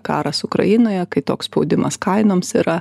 karas ukrainoje kai toks spaudimas kainoms yra